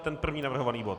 Ten první navrhovaný bod?